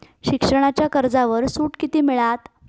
शिक्षणाच्या कर्जावर सूट किती मिळात?